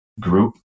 group